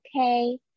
okay